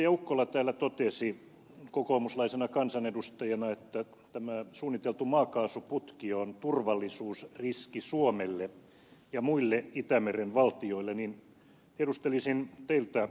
ukkola täällä totesi kokoomuslaisena kansanedustajana että tämä suunniteltu maakaasuputki on turvallisuusriski suomelle ja muille itämeren valtioille niin tiedustelisin teiltä ed